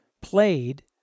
played